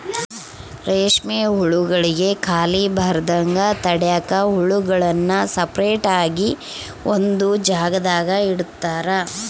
ರೇಷ್ಮೆ ಹುಳುಗುಳ್ಗೆ ಖಾಲಿ ಬರದಂಗ ತಡ್ಯಾಕ ಹುಳುಗುಳ್ನ ಸಪರೇಟ್ ಆಗಿ ಒಂದು ಜಾಗದಾಗ ಇಡುತಾರ